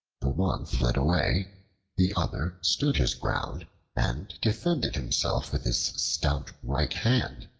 the one fled away the other stood his ground and defended himself with his stout right hand.